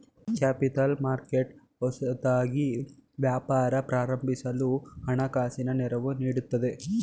capital market ಹೊಸದಾಗಿ ವ್ಯಾಪಾರ ಪ್ರಾರಂಭಿಸಲು ಹಣಕಾಸಿನ ನೆರವು ನೀಡುತ್ತದೆ